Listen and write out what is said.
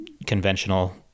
conventional